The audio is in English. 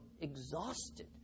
exhausted